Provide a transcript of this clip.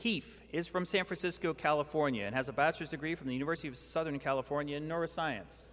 keef is from san francisco california and has a bachelor's degree from the university of southern california nor a science